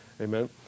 Amen